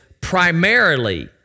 primarily